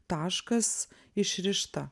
taškas išrišta